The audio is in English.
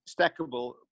stackable